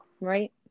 right